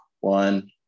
one